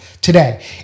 today